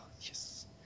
Yes